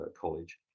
college